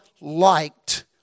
liked